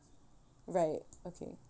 right okay